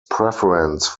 preference